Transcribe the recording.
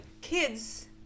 kids